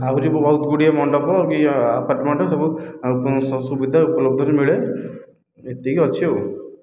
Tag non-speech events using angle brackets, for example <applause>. ଆହୁରି ବି ବହୁତ ଗୁଡ଼ିଏ ମଣ୍ଡପ ବି <unintelligible> ଅପାର୍ଟମେଣ୍ଟ ସବୁ ସୁବିଧା ଉପଲବ୍ଧରେ ମିଳେ ଏତିକି ଅଛି